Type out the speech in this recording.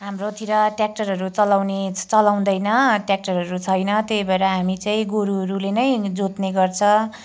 हाम्रोतिर ट्रयाक्टरहरू चलाउने चलाउँदैन ट्रयाक्टरहरू छैन त्यही भएर हामी चाहिँ गोरुहरूले नै जोत्ने गर्छ